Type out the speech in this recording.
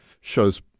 shows